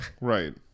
Right